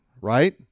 right